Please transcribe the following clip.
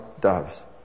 doves